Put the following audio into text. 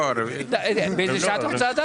אתה רוצה לדעת גם באיזו שעה?